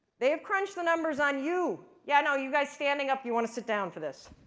they've crunched the numbers on you yeah, you know you guys standing up, you want to sit down for this.